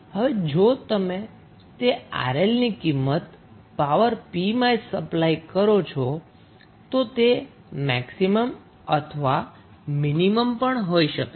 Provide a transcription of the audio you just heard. હવે જો તમે તે 𝑅𝐿 ની કિંમત પાવર p માં સપ્લાય કરો તો તે મેક્સિમમ અથવા મિનિમમ હોઈ શકે છે